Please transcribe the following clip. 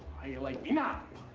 ya like me now?